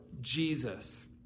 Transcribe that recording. Jesus